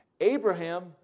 Abraham